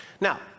Now